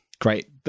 Great